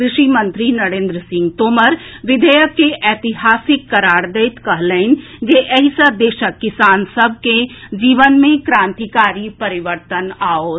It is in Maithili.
कृषि मंत्री नरेंद्र सिंह तोमर विधेयक के ऐतिहासिक करार दैत कहलनि जे एहि सँ देशक किसान सभक जीवन मे क्रांतिकारी परिवर्तन आएत